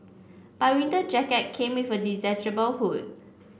by winter jacket came with a detachable hood